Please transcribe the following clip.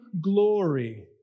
glory